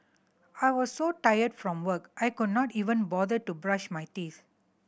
I was so tired from work I could not even bother to brush my teeth